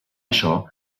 això